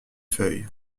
feuilles